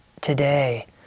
today